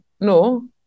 no